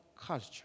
culture